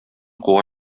куа